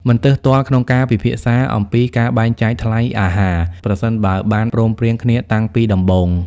មិនទើសទាល់ក្នុងការពិភាក្សាអំពីការបែងចែកថ្លៃអាហារ ប្រសិនបើបានព្រមព្រៀងគ្នាតាំងពីដំបូង។